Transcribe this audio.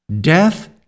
Death